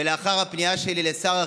ולאחר הפנייה שלי לשר החינוך,